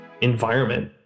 environment